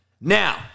Now